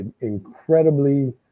incredibly